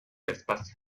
espacio